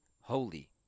holy